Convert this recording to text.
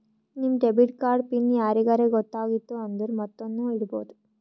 ನಿಮ್ debit card PIN ಯಾರಿಗರೇ ಗೊತ್ತಾಗಿತ್ತು ಅಂದುರ್ ಮತ್ತೊಂದ್ನು ಇಡ್ಬೋದು